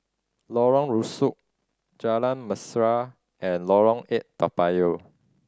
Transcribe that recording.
Lorong Rusuk Jalan Mesra and Lorong Eight Toa Payoh